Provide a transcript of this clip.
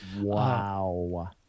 Wow